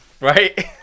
Right